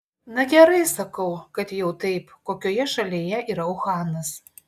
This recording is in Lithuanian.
na gerai sakau kad jau taip kokioje šalyje yra uhanas